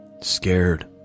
scared